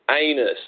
anus